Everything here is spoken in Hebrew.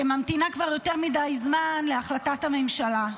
שממתינה כבר יותר מדי זמן להחלטת הממשלה.